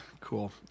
Cool